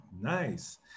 nice